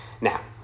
Now